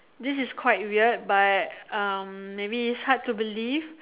this is quite weird but um maybe it's hard to believe